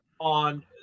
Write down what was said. on-